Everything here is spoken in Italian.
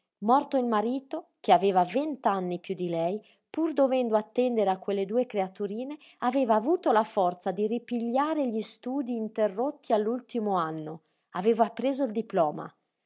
morto il marito che aveva vent'anni piú di lei pur dovendo attendere a quelle due creaturine aveva avuto la forza di ripigliare gli studii interrotti all'ultimo anno aveva preso il diploma